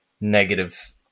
negative